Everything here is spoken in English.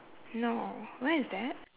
no where is that